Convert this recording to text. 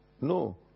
No